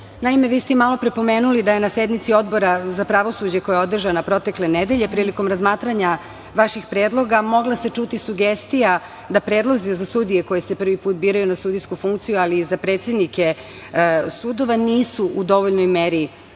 vi ste malopre pomenuli da je na sednici Odbora za pravosuđe koja je održana protekle nedelje, prilikom razmatranja vaših predloga mogla se čuti sugestija da predlozi za sudije koji se prvi put biraju na sudijsku funkciju, ali i za predsednike sudova, nisu u dovoljnoj meri